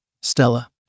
Stella